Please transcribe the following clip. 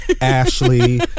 Ashley